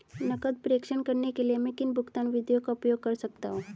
नकद प्रेषण करने के लिए मैं किन भुगतान विधियों का उपयोग कर सकता हूँ?